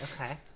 Okay